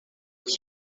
pour